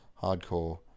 hardcore